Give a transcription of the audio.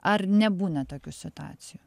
ar nebūna tokių situacijų